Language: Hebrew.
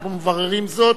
אנחנו מבררים זאת.